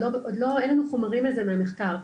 אין לנו עוד חומרים מהמחקר.